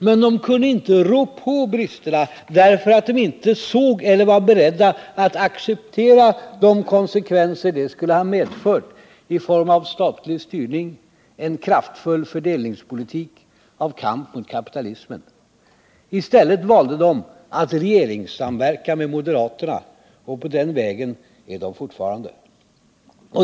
Men de kunde inte rå på bristerna därför att de inte såg eller var beredda att acceptera de konsekvenser det skulle ha medfört i form av statlig styrning, av kraftfull fördelningspolitik, av kamp mot kapitalismen. I stället valde de att regeringssamverka med moderaterna. Och på den vägen är de fortfarande.